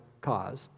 cause